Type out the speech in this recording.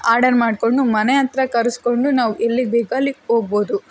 order ಮಾಡಿಕೊಂಡು ಮನೆ ಹತ್ರ ಕರೆಸ್ಕೊಂಡು ನಾವು ಎಲ್ಲಿಗೆ ಬೇಕೋ ಅಲ್ಲಿಗೆ ಹೋಗ್ಬೋದು